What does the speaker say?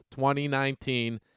2019